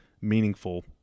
meaningful